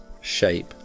shape